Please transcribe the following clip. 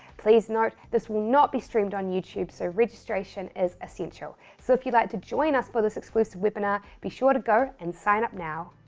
please note this will not be streamed on youtube, so registration is essential. so if you'd like to join us for this exclusive webinar, be sure to go and sign up now.